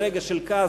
ברגע של כעס,